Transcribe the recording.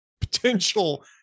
potential